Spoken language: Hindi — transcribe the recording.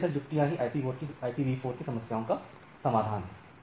अतः ये सब युक्तियां ही IPV4 की समस्याओं का समाधान है